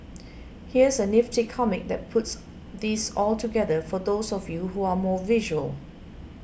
here's a nifty comic that puts this all together for those of you who are more visual